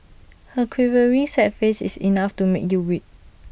her quivering sad face is enough to make you weep